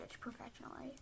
professionally